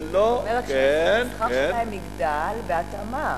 זאת אומרת שהשכר שלהם יגדל בהתאמה.